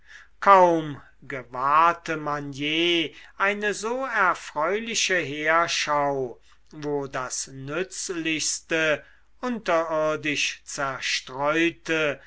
kaum gewahrte man je eine so erfreuliche heerschau wo das nützlichste unterirdisch zerstreute